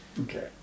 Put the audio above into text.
Okay